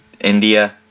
India